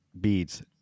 beads